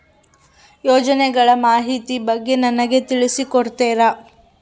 ಯೋಜನೆಗಳ ಮಾಹಿತಿ ಬಗ್ಗೆ ನನಗೆ ತಿಳಿಸಿ ಕೊಡ್ತೇರಾ?